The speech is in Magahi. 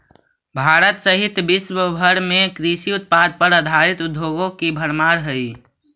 भारत सहित विश्व भर में कृषि उत्पाद पर आधारित उद्योगों की भरमार हई